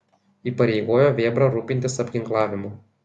įpareigojo vėbrą rūpintis apginklavimu